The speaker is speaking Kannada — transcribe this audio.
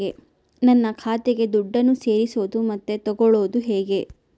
ನನ್ನ ಖಾತೆಗೆ ದುಡ್ಡನ್ನು ಸೇರಿಸೋದು ಮತ್ತೆ ತಗೊಳ್ಳೋದು ಹೇಗೆ?